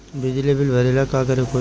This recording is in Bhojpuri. बिजली बिल भरेला का करे के होई?